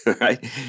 right